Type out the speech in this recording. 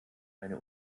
eine